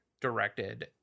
directed